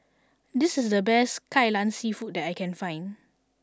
this is the best Kai Lan seafood that I can find